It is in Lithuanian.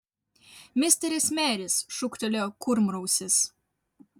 misteris meris šūktelėjo kurmrausis